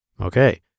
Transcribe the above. Okay